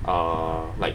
err like